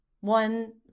one